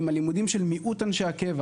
הם הלימודים של מיעוט אנשי הקבע.